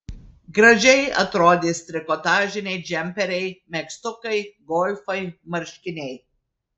gražiai atrodys trikotažiniai džemperiai megztukai golfai marškiniai